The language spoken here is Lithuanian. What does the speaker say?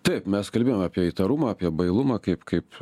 taip mes kalbėjom apie įtarumą apie bailumą kaip kaip